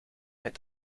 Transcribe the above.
met